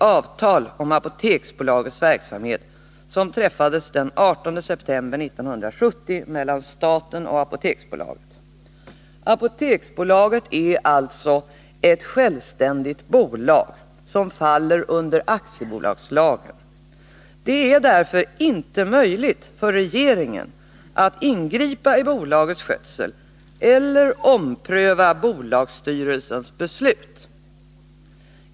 Apoteksbolaget är alltså ett självständigt bolag, som faller under aktiebolagslagen. Det är därför inte möjligt för regeringen att ingripa i bolagets skötsel eller ompröva bolagsstyrelsens beslut.